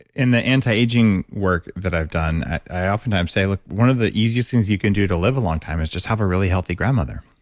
in the anti-aging work that i've done, i oftentimes say, look, one of the easiest things you can do to live a long time is just have a really healthy grandmother.